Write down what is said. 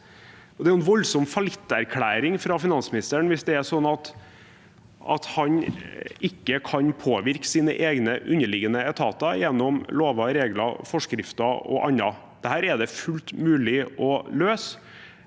Det er en voldsom fallitterklæring fra finansministeren hvis han ikke kan påvirke sine underliggende etater gjennom lover, regler, forskrifter og annet. Dette er det fullt mulig å løse.